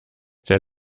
der